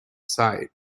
site